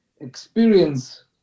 experience